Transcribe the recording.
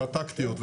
הטקטיות,